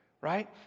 Right